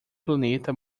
planeta